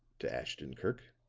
to ashton-kirk,